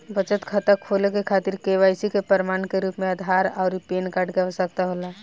बचत खाता खोले के खातिर केवाइसी के प्रमाण के रूप में आधार आउर पैन कार्ड के आवश्यकता होला